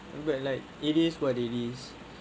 but like it is what it is